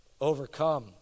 overcome